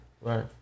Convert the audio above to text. right